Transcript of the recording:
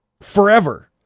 forever